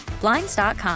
Blinds.com